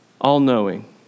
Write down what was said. all-knowing